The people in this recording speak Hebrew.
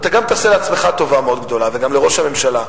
ואתה גם תעשה לעצמך טובה מאוד גדולה וגם לראש הממשלה.